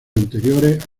anteriores